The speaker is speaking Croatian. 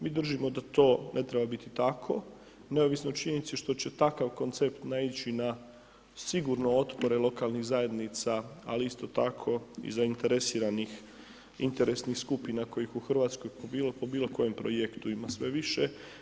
Mi držimo da to ne treba biti tako neovisno o činjenici što će takav koncept naići na sigurno otpore lokalnih zajednica ali isto tako zainteresiranih interesnih skupina kojih u Hrvatskoj po bilo kojem projektu ima sve više.